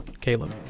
Caleb